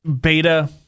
beta